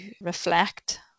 reflect